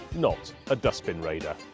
not a dustbin raider.